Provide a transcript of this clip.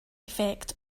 effect